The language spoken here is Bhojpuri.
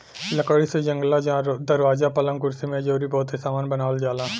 लकड़ी से जंगला, दरवाजा, पलंग, कुर्सी मेज अउरी बहुते सामान बनावल जाला